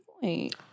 point